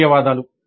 ధన్యవాదాలు